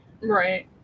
right